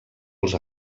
els